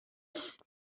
plîs